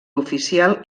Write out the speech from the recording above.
oficial